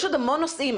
יש עוד המון נושאים.